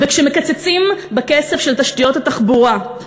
וכשמקצצים בכסף של תשתיות התחבורה,